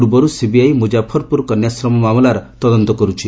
ପୂର୍ବରୁ ସିବିଆଇ ମୁଜାଫରପୁର କନ୍ୟାଶ୍ରମ ମାମଲାର ତଦନ୍ତ କରୁଛି